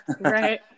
Right